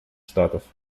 штатов